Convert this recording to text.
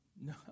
no